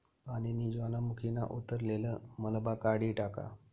पानीनी ज्वालामुखीना उतरलेल मलबा काढी टाका